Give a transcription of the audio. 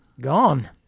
gone